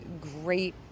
great